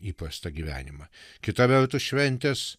įprastą gyvenimą kita vertus šventės